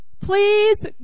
Please